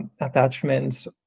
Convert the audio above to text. attachments